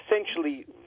essentially